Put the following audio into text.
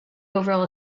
overall